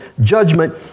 judgment